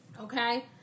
Okay